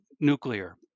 nuclear